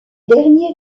derniers